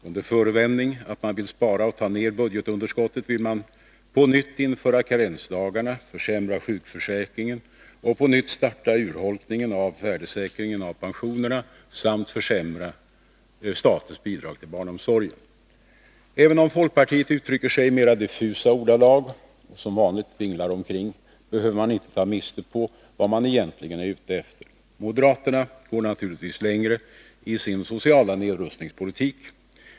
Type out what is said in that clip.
Under förevändning att man vill spara och ta ner budgetunderskottet vill man på nytt införa karensdagarna, försämra sjukförsäkringen och på nytt starta urholkningen av värdesäkringen av pensionerna samt försämra statens bidrag till barnomsorgen. Även om folkpartiet uttrycker sig i mera diffusa ordalag och som vanligt vinglar omkring, behöver man inte ta miste på vad de egentligen är ute efter. Moderaterna går naturligtvis längre i sin sociala nedrustningspolitik.